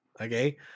Okay